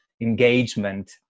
engagement